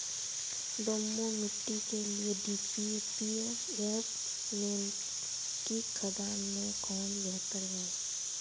दोमट मिट्टी के लिए डी.ए.पी एवं एन.पी.के खाद में कौन बेहतर है?